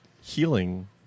Healing